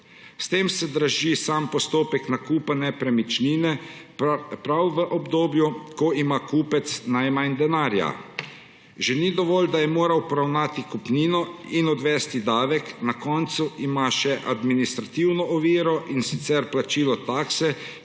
S tem se draži sam postopek nakupa nepremičnine prav v obdobju, ko ima kupec najmanj denarja. Ni dovolj že, da je moral poravnati kupnino in odvesti davek? Na koncu ima še administrativno oviro, in sicer plačilo takse